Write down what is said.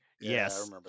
yes